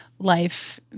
life